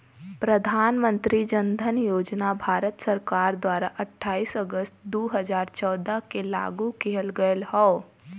प्रधान मंत्री जन धन योजना भारत सरकार द्वारा अठाईस अगस्त दुई हजार चौदह के लागू किहल गयल हौ